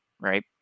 Right